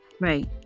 Right